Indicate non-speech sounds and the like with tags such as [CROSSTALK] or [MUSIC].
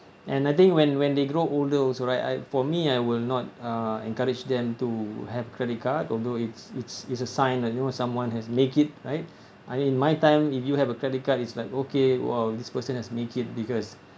and I think when when they grow older also right I for me I will not uh encourage them to have credit card although it's it's it's a sign ah you know someone has make it right [BREATH] I mean in my time if you have a credit card it's like okay !wow! this person has make it because